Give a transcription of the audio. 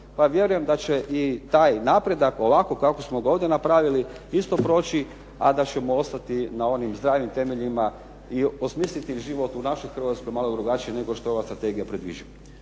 vjerujem da će i taj napredak ovako kako smo ga ovdje napravili isto proći, a da ćemo ostati na onim zdravim temeljima i osmisliti život u našoj Hrvatskoj malo drugačije nego što ova strategija predviđa.